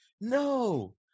no